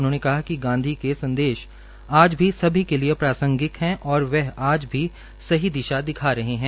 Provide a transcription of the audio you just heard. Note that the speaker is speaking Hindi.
उन्होंने कहा कि गांधी के संदेश आज भी सभी के लिए प्रांसगिक है और आज भी सही दिशा दिखा रहे है